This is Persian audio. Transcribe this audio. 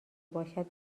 باشد